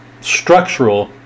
structural